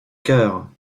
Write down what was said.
cœur